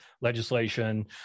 legislation